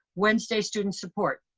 wednesday student support.